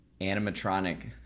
animatronic